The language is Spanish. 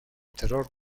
terror